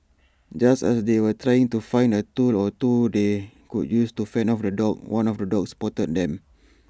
just as they were trying to find A tool or two they could use to fend off the dogs one of the dogs spotted them